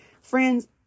Friends